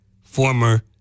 Former